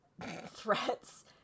threats